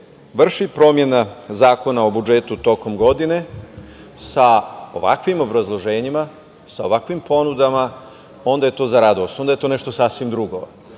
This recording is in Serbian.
vrši promena Zakona o budžetu tokom godine sa ovakvim obrazloženjima, sa ovakvim ponudama, onda je to za radost, onda je to nešto sasvim drugo. Dakle,